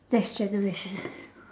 next generation